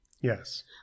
Yes